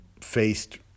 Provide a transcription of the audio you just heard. faced